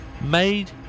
Made